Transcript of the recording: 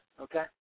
okay